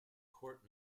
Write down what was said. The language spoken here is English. court